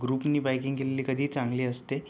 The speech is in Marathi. ग्रुपने बाइकिंग केलेली कधीही चांगली असते